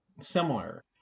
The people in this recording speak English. similar